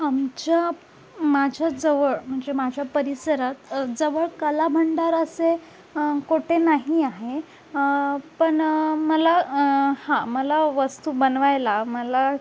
आमच्या माझ्याजवळ म्हणजे माझ्या परिसरात जवळ कला भंडार असे कोठे नाही आहे पण मला हां मला वस्तू बनवायला मला